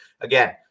Again